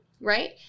right